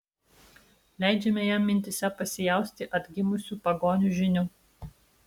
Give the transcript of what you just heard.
leidžiame jam mintyse pasijausti atgimusiu pagonių žyniu